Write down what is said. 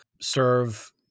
serve